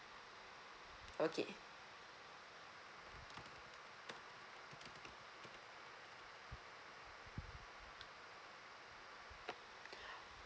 okay